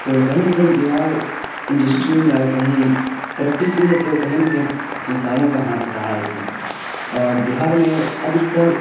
تو کہیں نہ کہیں بہار انڈسٹریوں میں اگر کہیں ترقی کی ہے تو کہیں نہ کہیں کسانوں کا ہاتھ رہا ہے اس میں اور بہار میں ادھکتر